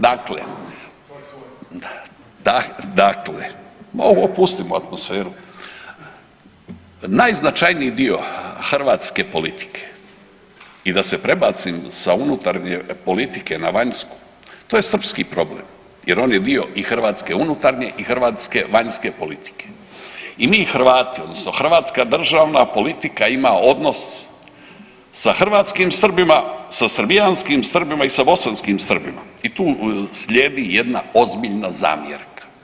Dakle, ... [[Upadica se ne čuje.]] da, dakle, ma opustimo atmosferu, najznačajniji dio hrvatske politike i da se prebacim sa unutarnje politike na vanjsku, to je srpski problem jer on je dio i hrvatske unutarnje i hrvatske vanjske politike i mi Hrvati odnosno hrvatska državna politika ima odnos sa hrvatskim Srbima, sa srbijanskim Srbima i sa bosanskim Srbima i tu slijedi jedna ozbiljna zamjerka.